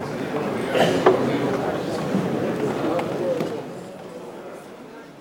אני מזמין את סגן שר האוצר יצחק